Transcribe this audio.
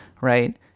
right